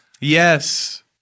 Yes